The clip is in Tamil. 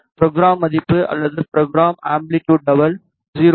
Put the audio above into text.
ப்ரோக்ராம் மதிப்பு அல்லது ப்ரோக்ராம் அம்பிலிட்டுட் லெவல் 0 டி